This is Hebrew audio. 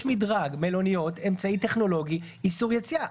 יש מדרג: מלוניות, אמצעי טכנולוגי, איסור יציאה.